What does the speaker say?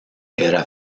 era